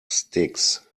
sticks